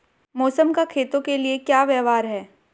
मौसम का खेतों के लिये क्या व्यवहार है?